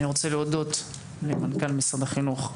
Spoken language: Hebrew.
אני רוצה להודות למנכ"ל משרד החינוך,